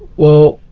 well,